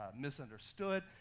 misunderstood